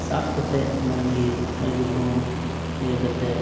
ᱥᱟᱵ ᱠᱟᱛᱮᱫ ᱢᱚᱡᱽ ᱜᱮ ᱟᱹᱜᱩ ᱠᱚᱢ ᱤᱭᱟᱹ ᱠᱟᱛᱮᱫ